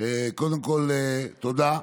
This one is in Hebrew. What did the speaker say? קודם כול תודה,